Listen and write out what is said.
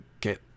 get